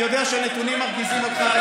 אני יודע שהנתונים מרגיזים אותך,